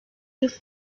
kız